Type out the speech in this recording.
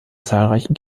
zahlreichen